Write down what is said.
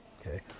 Okay